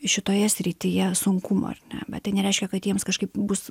šitoje srityje sunkumų ar ne bet tai nereiškia kad jiems kažkaip bus